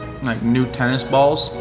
new tennis balls.